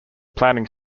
planning